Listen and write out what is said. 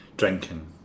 drinking